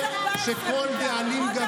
אתה מדבר עם עצמך, רק לסגור את התקשורת מותר.